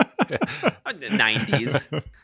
90s